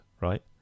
right